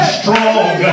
strong